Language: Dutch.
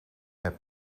met